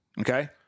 Okay